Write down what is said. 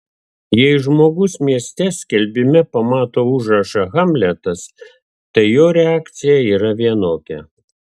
jei žmogus mieste skelbime pamato užrašą hamletas tai jo reakcija yra vienokia